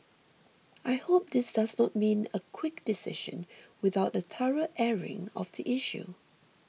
I hope this does not mean a quick decision without a thorough airing of the issue